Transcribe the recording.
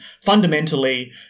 fundamentally